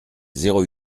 zéro